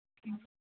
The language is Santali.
ᱦᱮᱸ